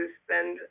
spend